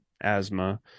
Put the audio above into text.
asthma